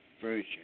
version